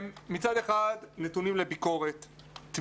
מצד אחד הם נתונים מצד אן ספור גורמים לביקורת תמידית,